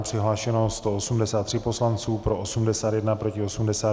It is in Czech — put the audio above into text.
Přihlášeno 183 poslanců, pro 81, proti 82.